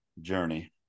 journey